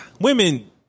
women